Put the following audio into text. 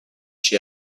she